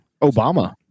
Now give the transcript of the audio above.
Obama